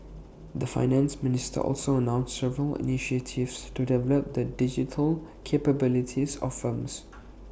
the Finance Minister also announced several initiatives to develop the digital capabilities of firms